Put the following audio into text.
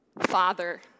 Father